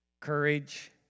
Courage